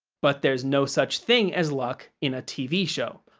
but, there's no such thing as luck in a tv show.